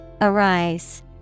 Arise